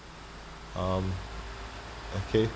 um okay